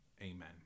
amen